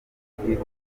ubutabera